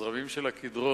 הזרמים של הקדרון,